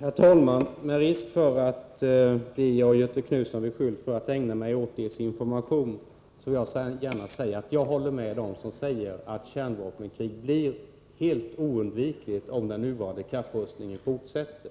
Herr talman! Med risk för att av Göthe Knutson bli beskylld för att ägna mig åt desinformation vill jag gärna framhålla att jag håller med dem som säger att kärnvapenkrig blir helt oundvikligt om den nuvarande kapprustningen fortsätter.